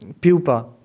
pupa